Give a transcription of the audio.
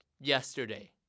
yesterday